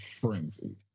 Frenzy